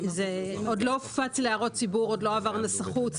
זה עוד לא הופץ להערות ציבור, עוד לא עבר נסחות.